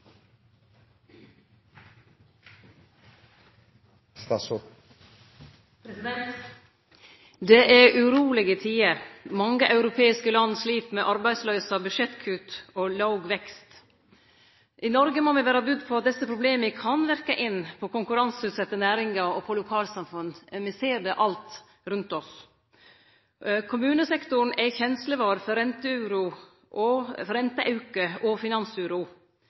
avsluttet. Det er urolege tider. Mange europeiske land slit med arbeidsløyse, budsjettkutt og låg vekst. I Noreg må me vere budde på at desse problema kan verke inn på konkurranseutsette næringar og lokalsamfunn. Me ser det alt rundt oss. Kommunesektoren er kjenslevar for renteauke og finansuro.